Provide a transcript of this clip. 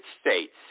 States